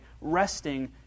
resting